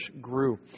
grew